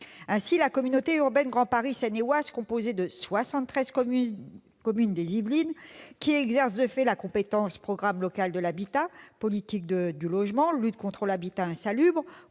Ainsi, la communauté urbaine du Grand Paris Seine-et-Oise, composée de soixante-treize communes des Yvelines, qui exerce, de fait, la compétence « programme local de l'habitat-politique du logement-lutte contre l'habitat insalubre